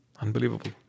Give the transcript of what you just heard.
Unbelievable